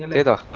and either